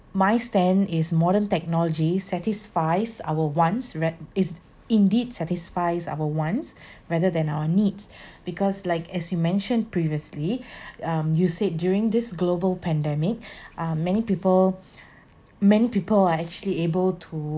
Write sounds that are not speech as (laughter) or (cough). my stand is modern technology satisfies our wants ra~ is indeed satisfies our wants (breath) rather than our needs because like as you mentioned previously um you said during this global pandemic (breath) uh many people many people are actually able to